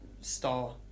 star